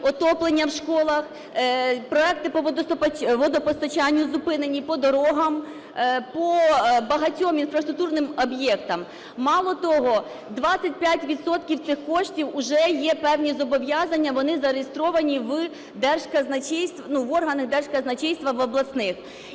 отоплення в школах, проекти по водопостачанню зупинені, по дорогам, по багатьом інфраструктурним об'єктам. Мало того, 25 відсотків цих коштів - вже є певні зобов'язання, вони зареєстровані в держказначействі, ну,